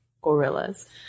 gorillas